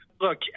Look